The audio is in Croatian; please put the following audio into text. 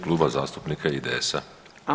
Kluba zastupnika IDS-a.